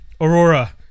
Aurora